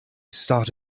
start